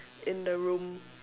in the room